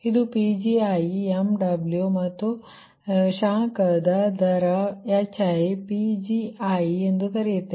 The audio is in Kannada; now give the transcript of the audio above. ಇದು PgiMW ಮತ್ತು ಇದು ಶಾಖದ ದರ HiPgi ಎಂದು ಕರೆಯುತ್ತೇವೆ